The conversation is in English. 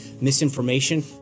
misinformation